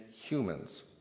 humans